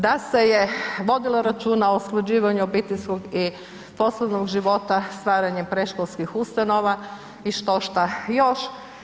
Da se je vodilo računa o usklađivanju obiteljskog i poslovnog života stvaranjem predškolskih ustanova i štošta još.